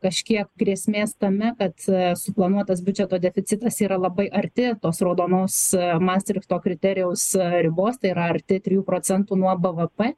kažkiek grėsmės tame kad suplanuotas biudžeto deficitas yra labai arti tos raudonos mastrichto kriterijaus ribos tai yra arti trijų procentų nuo bvp